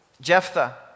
Jephthah